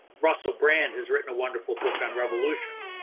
russell brand has written a wonderful book on revolution.